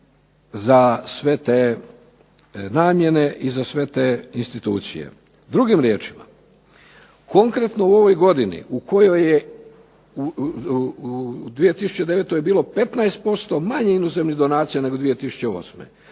za sve te namjene i za sve te institucije. Drugim riječima, konkretno u ovoj godini u kojoj je, u 2009. je bilo 15% manje inozemnih donacija nego 2008.